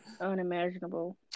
unimaginable